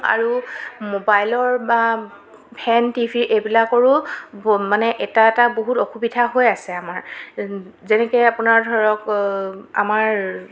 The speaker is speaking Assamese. আৰু মোবাইলৰ বা ফেন টি ভি এইবিলাকৰো মানে এটা এটা বহুত অসুবিধা হৈ আছে আমাৰ যেনেকৈ আপোনাৰ ধৰক আমাৰ